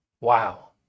Wow